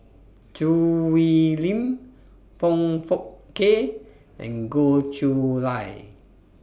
Choo Hwee Lim Foong Fook Kay and Goh Chiew Lye